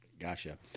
Gotcha